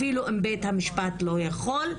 אפילו אם בית המשפט לא יכול,